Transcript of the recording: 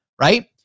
right